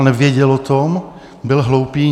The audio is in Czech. Nevěděl o tom, byl hloupý?